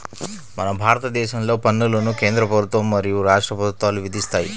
మన భారతదేశంలో పన్నులను కేంద్ర ప్రభుత్వం మరియు రాష్ట్ర ప్రభుత్వాలు విధిస్తాయి